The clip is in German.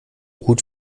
gut